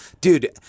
dude